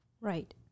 Right